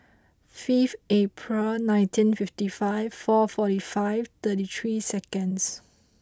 fifth April nineteen fifty five four forty five thirty three seconds